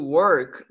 work